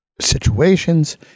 situations